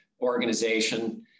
organization